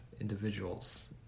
individuals